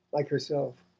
like herself.